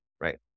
right